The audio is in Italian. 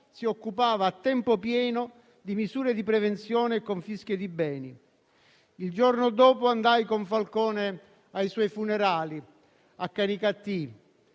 si occupava a tempo pieno di misure di prevenzione e confische di beni. Il giorno dopo andai con Falcone ai suoi funerali a Canicattì.